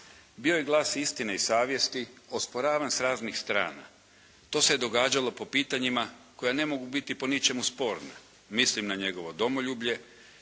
"Bio je glas istine i savjesti, osporavan sa raznih strana. To se događalo po pitanjima koja ne mogu biti po ničemu sporna, mislim na njegovo domoljublje,